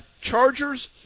Chargers